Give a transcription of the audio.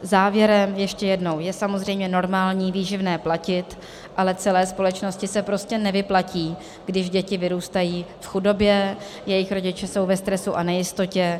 Závěrem ještě jednou, je samozřejmě normální výživné platit, ale celé společnosti se prostě nevyplatí, když děti vyrůstají v chudobě, jejich rodiče jsou ve stresu a nejistotě.